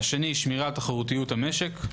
שני, שמירה על תחרותיות המשק.